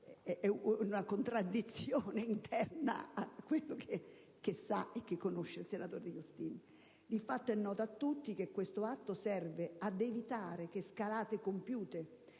è una contraddizione interna rispetto alla realtà che conosce il senatore Agostini. Di fatto, è noto a tutti che questo atto serve ad evitare che scalate compiute